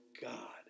God